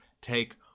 take